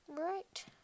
Right